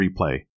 replay